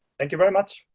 thank you very much.